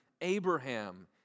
Abraham